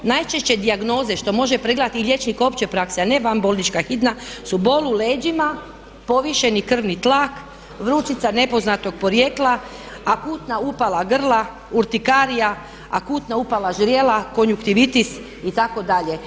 Najčešće dijagnoze što može pregledati i liječnik opće prakse a ne van bolnička hitna su bol u leđima, povišeni krvni tlak, vrućica nepoznatog porijekla, akutna upala grla, urtikarija, akutna upala ždrijela, konjuktivitis itd.